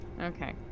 Okay